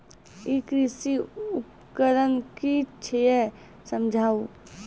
ई कृषि उपकरण कि छियै समझाऊ?